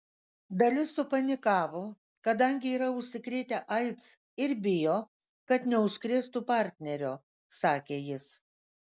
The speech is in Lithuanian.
dalis supanikavo kadangi yra užsikrėtę aids ir bijo kad neužkrėstų partnerio sakė jis